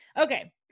okay